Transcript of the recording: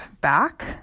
back